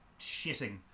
shitting